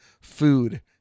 food